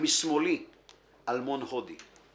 ומשמאלי אלמון הודי//